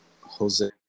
Jose